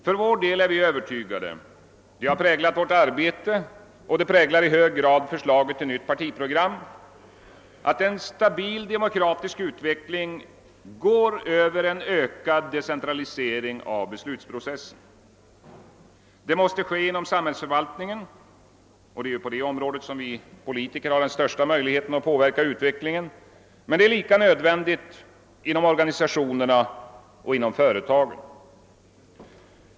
För vår del är vi övertygade — det har präglat vårt arbete och präglar i hög grad förslaget till nytt partiprogram — om att en stabil demokratisk utveckling förutsätter en ökad decentralisering av beslutsprocessen. En sådan måste genomföras inom samhällsförvaltningen — det är ju på detta område vi som politiker har de största möjligheterna att påverka utvecklingen — men den är lika nödvändig inom organisationerna och inom företagen.